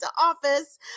office